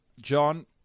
john